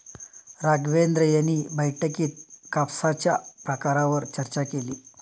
राघवेंद्र यांनी बैठकीत कापसाच्या प्रकारांवर चर्चा केली